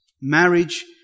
marriage